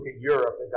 Europe